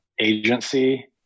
agency